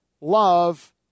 love